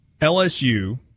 LSU